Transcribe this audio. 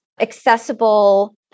accessible